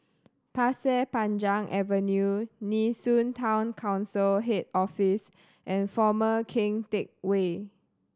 Pasir Panjang Avenue Nee Soon Town Council Head Office and Former Keng Teck Whay